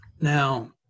Now